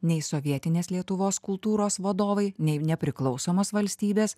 nei sovietinės lietuvos kultūros vadovai nei nepriklausomos valstybės